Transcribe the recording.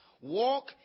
walk